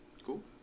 Cool